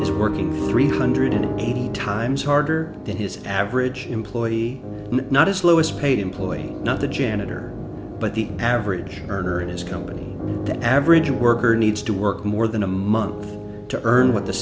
is working three hundred eighty times harder than his average employee and not his lowest paid employee not the janitor but the average earner in his company the average worker needs to work more than a month to earn what the